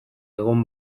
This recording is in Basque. egon